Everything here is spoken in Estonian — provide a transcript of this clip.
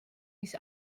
mis